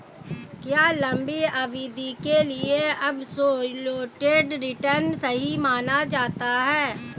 क्या लंबी अवधि के लिए एबसोल्यूट रिटर्न सही माना जाता है?